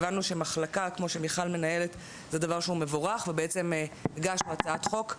הבנו שמחלקה כמו שמיכל מנהלת זה דבר שהוא מבורך והגשנו הצעת חוק,